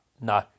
no